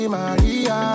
Maria